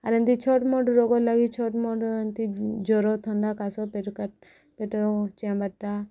ଆର୍ ଏମିତି ଛୋଟମୋଟ ରୋଗର୍ ଲାଗି ଛୋଟମୋଟ ଏମିତି ଜ୍ୱର ଥଣ୍ଡା କାଶ ପେଟ କଟ ପେଟ ଚେମ୍ବରଟା